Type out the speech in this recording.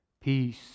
peace